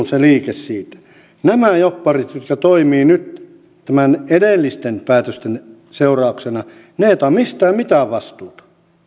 se liike ottaa vastuun niistä nämä jobbarit jotka toimivat nyt näiden edellisten päätösten seurauksena eivät ota mistään mitään vastuuta